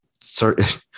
certain